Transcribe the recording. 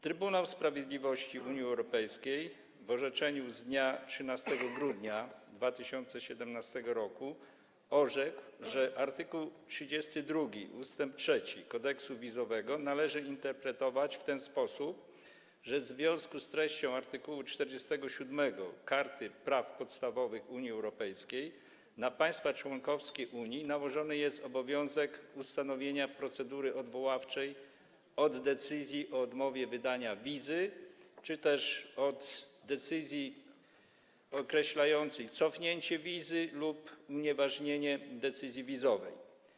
Trybunał Sprawiedliwości Unii Europejskiej w orzeczeniu z dnia 13 grudnia 2017 r. orzekł, że art. 32 ust. 3 kodeksu wizowego należy interpretować w ten sposób, że w związku z treścią art. 47 Karty Praw Podstawowych Unii Europejskiej na państwa członkowskie Unii nałożony jest obowiązek ustanowienia procedury odwoławczej od decyzji o odmowie wydania wizy czy też od decyzji określającej cofnięcie wizy lub unieważnienie decyzji wizowej.